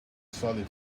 solitude